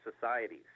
societies